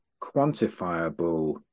quantifiable